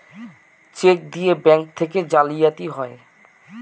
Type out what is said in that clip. check দিয়ে bank থেকে জালিয়াতি হয়